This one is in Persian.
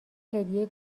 هدیه